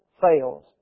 fails